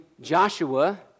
Joshua